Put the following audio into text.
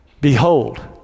Behold